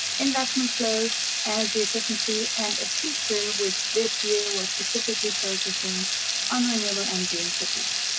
investment flows energy efficiency and a feature which this year, was specifically focusing on renewable energy in cities.